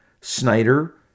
Snyder